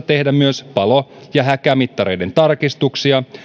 tehdä myös palo ja häkävaroittimien tarkistuksia